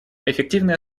эффективное